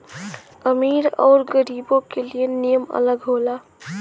अमीर अउर गरीबो के लिए नियम अलग होला